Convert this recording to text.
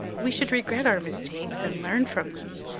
we should regret our mistakes and learn from them,